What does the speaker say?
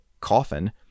coffin